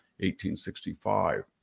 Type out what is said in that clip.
1865